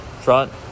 front